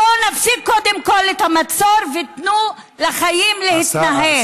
בואו נפסיק קודם כול את המצור, ותנו לחיים להתנהל.